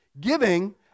Giving